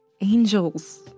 Angels